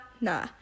nah